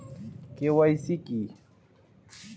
KYC কি?